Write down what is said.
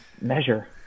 measure